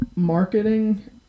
Marketing